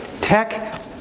tech